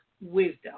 wisdom